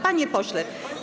Panie pośle!